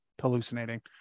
hallucinating